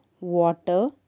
water